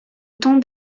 temps